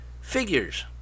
figures